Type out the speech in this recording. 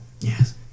Yes